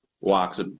walks